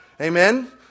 Amen